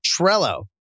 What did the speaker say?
Trello